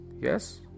Yes